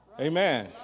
Amen